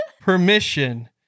permission